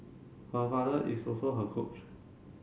her father is also her coach